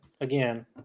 again